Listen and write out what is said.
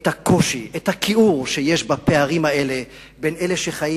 את הקושי ואת הכיעור שיש בפערים האלה בין אלה שחיים